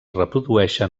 reprodueixen